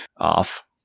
off